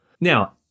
Now